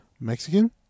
Mexican